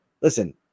listen